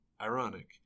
ironic